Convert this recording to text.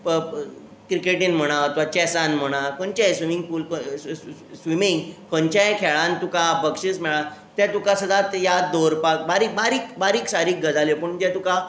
प क्रिकेटीन म्हणात वा चॅसान म्हणात खंयच्याय स्विमींग पूल स स स स्विमींग खंयच्याय खेळान तुका बक्षीस मेळ्ळां तें तुका सदांच याद दवरपाक बारीक बारीक बारीक सारीक गजाल्यो पूण जें तुका